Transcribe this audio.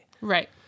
Right